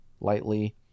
lightly